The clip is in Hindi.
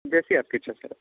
जैसी आपकी इच्छा सर